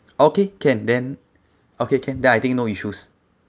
okay can then okay can then I think no issues